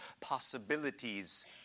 possibilities